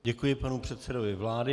Děkuji panu předsedovi vlády.